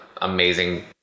amazing